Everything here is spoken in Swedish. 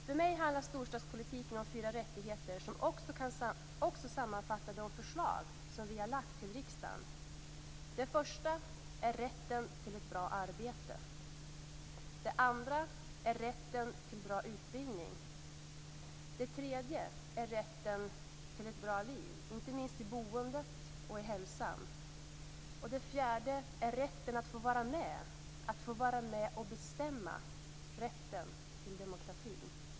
För mig handlar storstadspolitiken om fyra rättigheter som också kan sammanfatta de förslag som vi har lagt fram till riksdagen. Den första är rätten till ett bra arbete. Den andra är rätten till bra utbildning. Den tredje är rätten till ett bra liv, inte minst vad gäller boendet och hälsan. Den fjärde är rätten att få vara med och bestämma, rätten till demokratin.